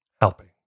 helping